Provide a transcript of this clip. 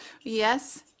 Yes